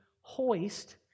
hoist